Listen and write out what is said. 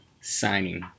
signing